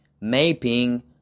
mapping